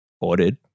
ordered